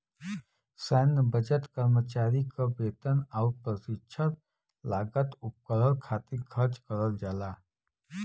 सैन्य बजट कर्मचारी क वेतन आउर प्रशिक्षण लागत उपकरण खातिर खर्च करल जाला